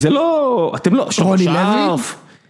זה לא, אתם לא, שרוני לויץ?